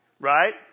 Right